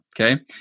okay